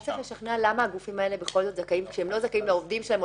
רק צריך לשכנע למה הגופים האלה שלא זכאים על העובדים שלהם,